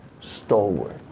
stalwart